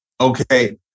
Okay